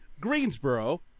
Greensboro